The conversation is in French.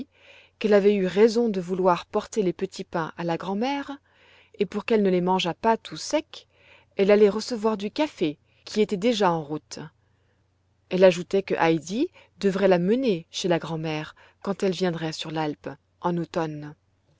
qu'elle avait eu raison de vouloir porter les petits pains à la grand'mère et pour qu'elle ne les mangeât pas tout secs elle allait recevoir du café qui était déjà en route elle ajoutait que heidi devrait la mener chez la grand'mère quand elle viendrait sur l'alpe en automne